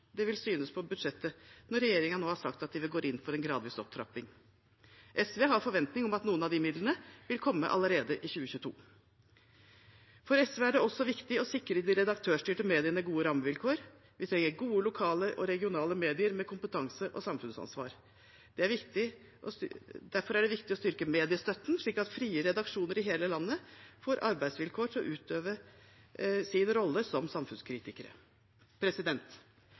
det vil synes på budsjettet når regjeringen nå har sagt den vil gå inn for en gradvis opptrapping. SV har forventninger om at noen av de midlene vil komme allerede i 2022. For SV er det også viktig å sikre de redaktørstyrte mediene gode rammevilkår. Vi trenger gode lokale og regionale medier med kompetanse og samfunnsansvar. Derfor er det viktig å styrke mediestøtten, slik at frie redaksjoner i hele landet får arbeidsvilkår til å utøve sin rolle som samfunnskritikere.